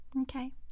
Okay